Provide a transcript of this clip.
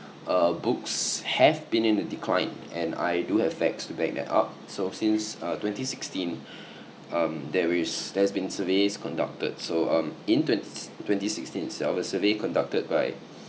uh books have been in the decline and I do have facts to back that up so since uh twenty sixteen um there is there's been surveys conducted so um in twen~ twenty sixteen itself a survey conducted by